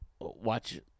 watch